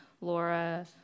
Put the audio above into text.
Laura